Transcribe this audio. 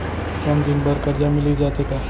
कम दिन बर करजा मिलिस जाथे का?